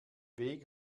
weg